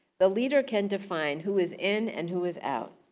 the leader can define who is in and who is out.